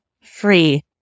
free